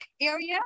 area